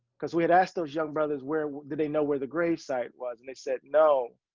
cause we had asked those young brothers, where, did they know where the grave site was? and they said, no,